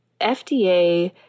FDA